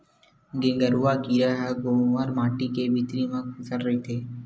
गेंगरूआ कीरा ह कोंवर माटी के भितरी म खूसरे रहिथे